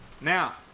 Now